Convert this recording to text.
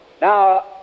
Now